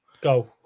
Go